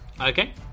Okay